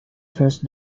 first